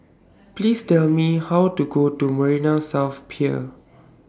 Please Tell Me How to Go to Marina South Pier